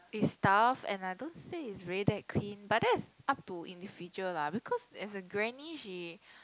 they stuff and I don't say it's really that clean but that's up to individual lah because as a granny she